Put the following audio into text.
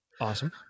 Awesome